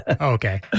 Okay